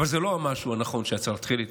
אבל זה לא המשהו הנכון שהיה צריך להתחיל איתו.